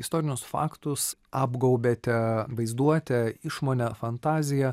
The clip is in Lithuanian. istorinius faktus apgaubėte vaizduote išmone fantazija